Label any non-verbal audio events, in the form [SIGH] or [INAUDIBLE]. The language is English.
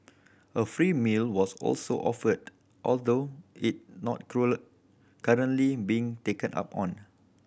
a free meal was also offered although it not [UNINTELLIGIBLE] currently being taken up on